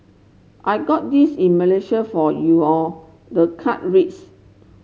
I got this in Malaysia for you all the card reads